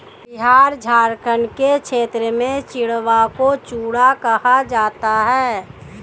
बिहार झारखंड के क्षेत्र में चिड़वा को चूड़ा कहा जाता है